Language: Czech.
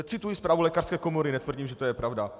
Cituji zprávu lékařské komory, netvrdím, že to je pravda.